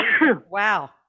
Wow